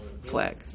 flag